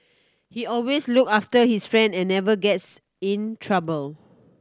he always look after his friend and never gets in trouble